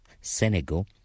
Senegal